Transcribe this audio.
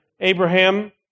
Abraham